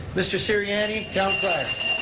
mr. siriani, town but